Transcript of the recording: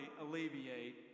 alleviate